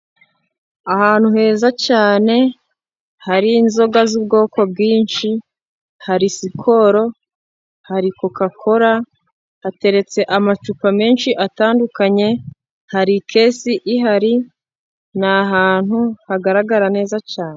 Ahantu heza cyane hari inzoga z'ubwoko bwinshi; hari sikoro, hari kokakora, hateretse amacupa menshi atandukanye harikesi ihari n'ahantu hagaragara neza cyane.